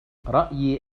رأيي